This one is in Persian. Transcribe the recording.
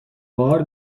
بار